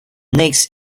next